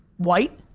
white?